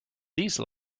these